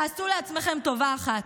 תעשו לעצמכם טובה אחת,